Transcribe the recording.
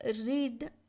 read